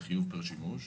לחיוב פר שימוש.